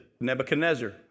Nebuchadnezzar